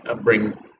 bring